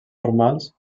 formals